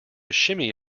shimmy